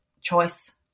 choice